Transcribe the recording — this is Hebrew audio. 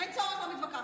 אין צורך, לא מתווכחת,